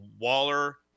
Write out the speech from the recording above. Waller